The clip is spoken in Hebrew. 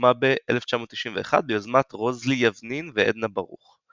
הוקמה ב-1991 ביוזמת רוזלי יבנין ועדנה ברוך.